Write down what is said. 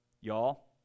y'all